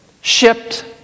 shipped